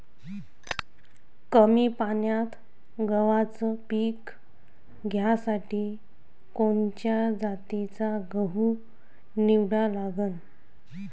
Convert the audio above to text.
कमी पान्यात गव्हाचं पीक घ्यासाठी कोनच्या जातीचा गहू निवडा लागन?